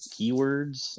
keywords